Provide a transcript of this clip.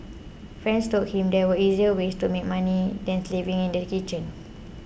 friends told him there were easier ways to make money than slaving in the kitchen